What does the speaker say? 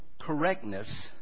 correctness